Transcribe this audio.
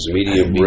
Medium